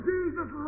Jesus